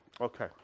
Okay